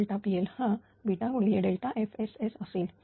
pL हा FSS असेल